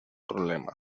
problema